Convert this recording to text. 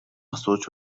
асууж